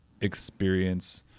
experience